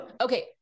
Okay